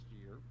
year